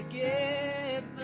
give